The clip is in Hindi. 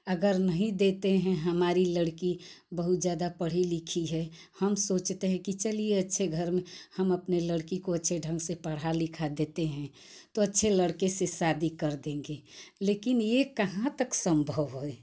अगर नहीं देते हैं हमारी लड़की बहुत ज़्यादा पढ़ी लिखी है हम सोचते हैं कि चलिए अच्छे घर में हम अपने लड़की को अच्छे ढंग से पढ़ा लिखा देते हैं तो अच्छे लड़के से शादी कर देंगे लेकिन यह कहाँ तक सम्भव है